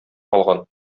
калган